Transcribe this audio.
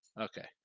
Okay